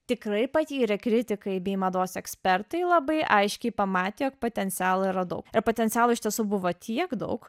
tikrai patyrę kritikai bei mados ekspertai labai aiškiai pamatė jog potencialo yra daug potencialo iš tiesų buvo tiek daug